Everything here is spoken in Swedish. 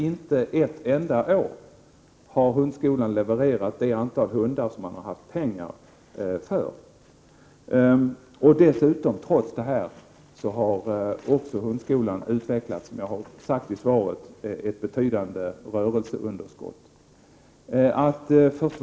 Inte ett enda år har hundskolan levererat det antal hundar som den haft pengar för. Dessutom har hundskolan utvecklat, som sades i svaret, ett betydande rörelseunderskott.